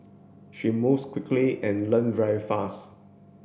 she moves quickly and learn very fast